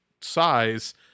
size